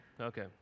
Okay